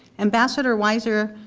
ambassador wiser,